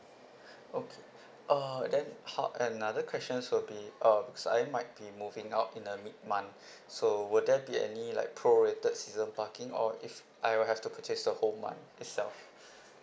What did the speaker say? okay uh then how another questions will be uh because I might be moving out in a mid month so will there be any like prorated season parking or if I will have to purchase the whole month itself